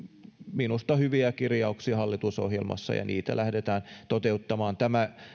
minusta hyviä kirjauksia hallitusohjelmassa ja niitä lähdetään toteuttamaan tämä